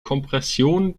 kompression